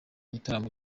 ibitaramo